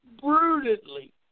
brutally